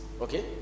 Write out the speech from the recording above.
Okay